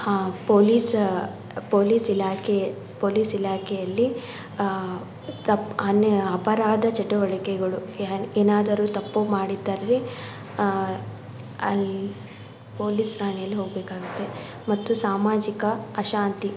ಹಾಂ police police ಇಲಾಖೆ police ಇಲಾಖೆಯಲ್ಲಿ ತಪ್ಪ್ ಅನೆ ಅಪರಾಧ ಚಟುವಟಿಕೆಗಳು ಯನ್ ಏನಾದರು ತಪ್ಪು ಮಾಡಿದ್ದಲ್ಲಿ ಅಲ್ಲಿ ಪೊಲೀಸ್ ಠಾಣೆಯಲ್ಲಿ ಹೋಗಬೇಕಾಗುತ್ತೆ ಮತ್ತು ಸಾಮಾಜಿಕ ಅಶಾಂತಿ